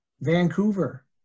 Vancouver